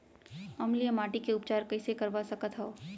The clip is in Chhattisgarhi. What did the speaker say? अम्लीय माटी के उपचार कइसे करवा सकत हव?